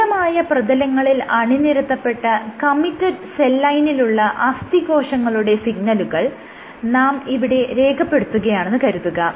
ദൃഢമായ പ്രതലങ്ങളിൽ അണിനിരത്തപ്പെട്ട കമ്മിറ്റഡ് സെൽ ലൈനിലുള്ള അസ്ഥികോശങ്ങളുടെ സിഗ്നലുകൾ നാം ഇവിടെ രേഖപ്പെടുത്തുകയാണെന്ന് കരുതുക